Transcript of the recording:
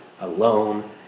alone